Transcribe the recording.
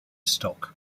stock